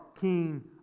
king